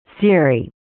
Siri